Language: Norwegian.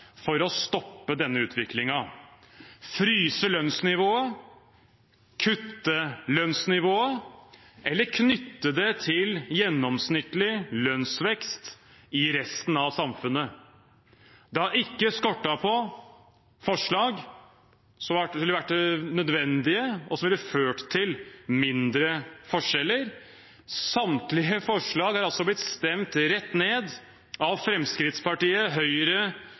for å stoppe denne utviklingen – fryse lønnsnivået, kutte lønnsnivået eller knytte det til gjennomsnittlig lønnsvekst i resten av samfunnet. Det har ikke skortet på forslag som ville vært nødvendige, og som ville ført til mindre forskjeller. Samtlige forslag har blitt stemt rett ned av Fremskrittspartiet, Høyre,